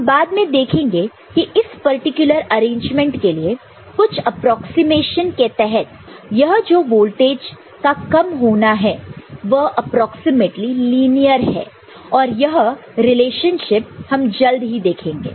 हम बाद में देखेंगे कि इस पर्टिकुलर अरेंजमेंट के लिए कुछ अप्रॉक्सीमेशन के तहत यह जो वोल्टेज का कम होना है वह एप्रोक्सीमेटली लीनियर है और वह रिलेशनशिप हम जल्द ही देखेंगे